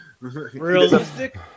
Realistic